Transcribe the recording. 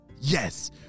Yes